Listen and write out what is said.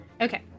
Okay